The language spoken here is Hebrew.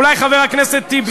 אולי חבר הכנסת טיבי,